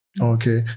Okay